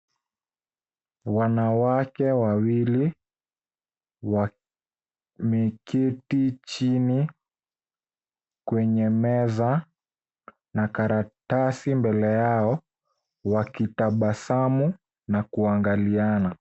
Wanawake wawili wameketi chini kwenye meza na karatasi mbele yao wakitabasamu na kuangaliana.